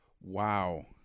Wow